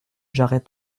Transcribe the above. jarret